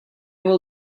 will